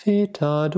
Vita